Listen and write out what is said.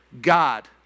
God